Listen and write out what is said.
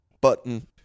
button